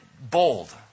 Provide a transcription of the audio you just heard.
bold